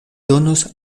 donos